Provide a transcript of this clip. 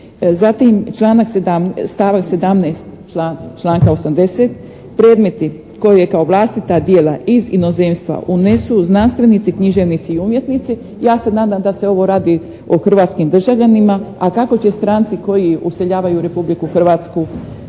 članak, stavak 17. članka 80. predmeti koje je kao vlastita djela iz inozemstva unesu znanstvenici, književnici i umjetnici, ja se nadam da se ovo radi o hrvatskim državljanima, a kako će stranci koji useljavaju u Republiku Hrvatsku